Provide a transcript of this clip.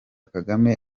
kagame